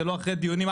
זה לא אחרי דיונים,